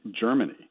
Germany